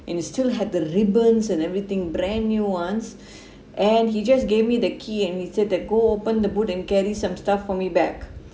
and it's still had the ribbons and everything brand new ones and he just gave me the key and he said that go open the boot and carry some stuff for me back